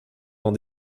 dans